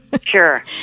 Sure